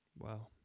Wow